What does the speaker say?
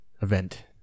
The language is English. event